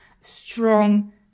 strong